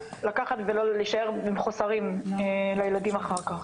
לקחת ולהישאר עם חוסרים לילדים אחר כך.